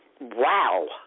wow